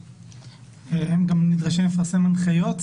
הם גם נדרשים לפרסם הנחיות,